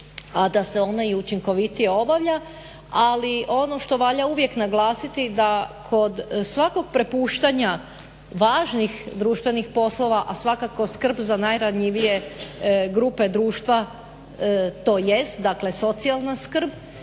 a da se ona i učinkovitije obavlja. Ali ono što valja uvijek naglasiti da kod svakog prepuštanja važnih društvenih poslova, a svakako skrb za najranjivije grupe društva to jest, dakle socijalna skrb,